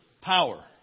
power